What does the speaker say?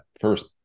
first